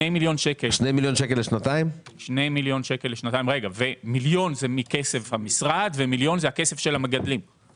מיליון שקל מתקציב המשרד ומיליון שקל מכספי המגדלים,